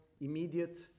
immediate